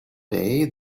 day